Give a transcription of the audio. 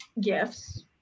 gifts